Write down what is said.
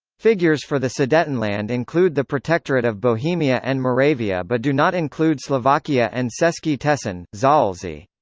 figures for the sudetenland include the protectorate of bohemia and moravia but do not include slovakia and cesky tesin zaolzie.